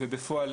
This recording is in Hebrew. ובפועל